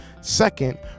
Second